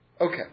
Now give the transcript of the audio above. Okay